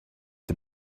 der